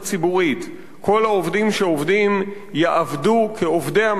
כל העובדים יהיו עובדי המערכת הציבורית,